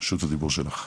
רשות הדיבור שלך.